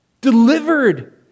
Delivered